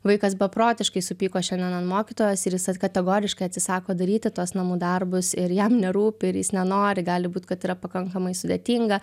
vaikas beprotiškai supyko šiandien an mokytojos ir jis kategoriškai atsisako daryti tuos namų darbus ir jam nerūpi ir jis nenori gali būt kad yra pakankamai sudėtinga